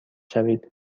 شوید